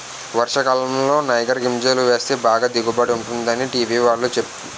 వర్షాకాలంలో నైగర్ గింజలు వేస్తే బాగా దిగుబడి ఉంటుందని టీ.వి వాళ్ళు సెప్పేరు